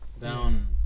Down